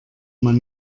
man